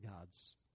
gods